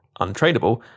untradable